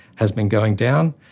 has been going down,